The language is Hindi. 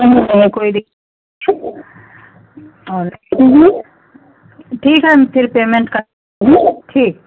नहीं नहीं कोई दिक़्क़त नहीं और ठीक है फिर पेमेंट करते हैं ठीक